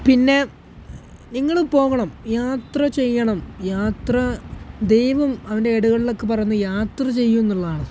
പിന്നെ നിങ്ങൾ പോകണം യാത്ര ചെയ്യണം യാത്ര ദൈവം അവൻ്റെ ഏടുകളിലൊക്കെ പറയുന്നത് യാത്ര ചെയ്യൂ എന്നുള്ളതാണ്